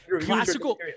classical